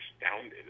astounded